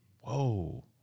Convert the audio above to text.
whoa